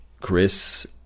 Chris